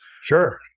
Sure